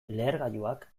lehergailuak